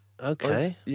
Okay